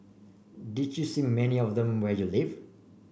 did you see many of them where you live